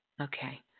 Okay